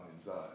inside